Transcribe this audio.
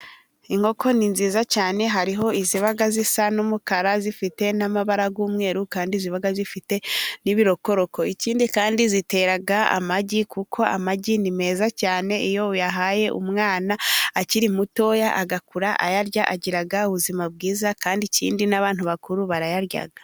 Inkoko ni nziza cyane; hariho iziba zisa n'umukara, zifite n'amabara y'umweru, kandi ziba zifite n'ibirokoroko. Ikindi zitera amagi kuko amagi ni meza cyane, iyo uyahaye umwana akiri mutoya agakura ayarya agira ubuzima bwiza, kandi ikindi n'abantu bakuru barayarya.